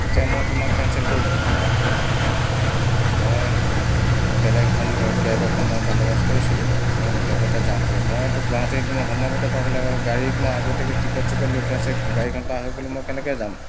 এতিয়া মই তোমাক কেঞ্চেল কৰি দিলোঁ তোমাৰ অটো মই বেলেগ এখন কেব এখন মই বন্দোবস্ত কৰিছোঁ মই কেবতে যামগৈ মইতো গুৱাহটী সময়মতে পাব লাগিব গাড়ী মই আগতীয়াকৈ টিকট চিকট লৈ থোৱা আছে গাড়ীখন পাৰ হৈ গ'লে মই কেনেকৈ যাম